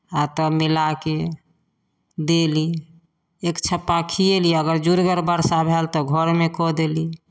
आ तब मिला कऽ देली एक छप्पा खिएली अगर जोरगर वर्षा भएल तऽ घरमे कऽ देली